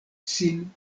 sin